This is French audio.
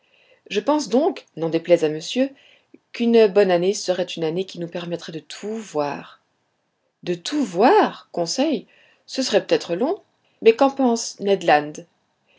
je pense donc n'en déplaise à monsieur qu'une bonne année serait une année qui nous permettrait de tout voir de tout voir conseil ce serait peut-être long mais qu'en pense ned land